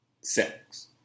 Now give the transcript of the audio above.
sex